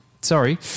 sorry